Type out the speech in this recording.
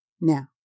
Now